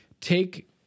take